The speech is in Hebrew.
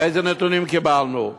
איזה נתונים קיבלנו.